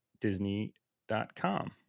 Disney.com